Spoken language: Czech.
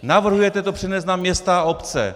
Navrhujete to přenést na města a obce.